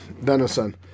venison